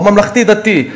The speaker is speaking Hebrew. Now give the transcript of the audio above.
בממלכתי-דתי,